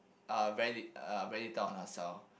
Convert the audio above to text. uh very li~ uh very tough on herself